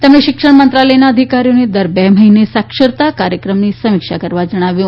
તેમણે શિક્ષણ મંત્રાલયનાં અધિકારીઓને દર બે મહિને સાક્ષરતાં કાર્યક્રમની સમીક્ષા કરવા જણાવ્યું